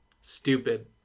Stupid